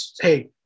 hey